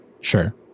Sure